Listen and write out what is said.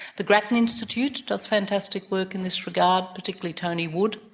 the grattan institute does fantastic work in this regard, particularly tony wood.